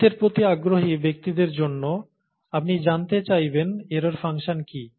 গণিতের প্রতি আগ্রহী ব্যক্তিদের জন্য আপনি জানতে চাইবেন এরর ফাংশন কি